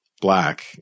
black